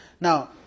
Now